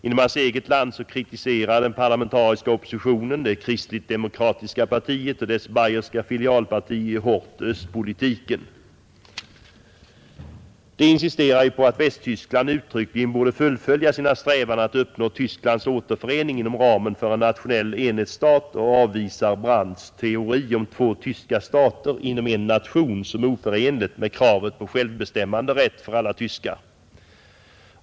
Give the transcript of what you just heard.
Inom hans eget land kritiserar den parlamentariska oppositionen, det kristligt-demokratiska partiet och dess bajerska filialparti, hårt östpolitiken, De insisterar på att Västtyskland uttryckligen borde fullfölja sina strävanden att uppnå Tysklands återförening inom ramen för en nationell enhetsstat och avvisar Brandts teori om två tyska stater inom en nation som oförenlig med kravet på självbestämmanderätt för alla tyskar.